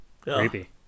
creepy